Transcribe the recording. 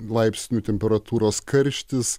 laipsnių temperatūros karštis